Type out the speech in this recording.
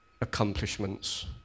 accomplishments